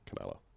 Canelo